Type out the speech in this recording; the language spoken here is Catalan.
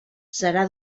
serà